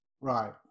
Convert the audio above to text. right